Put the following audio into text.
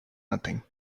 nothing